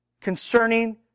concerning